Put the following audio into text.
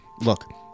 Look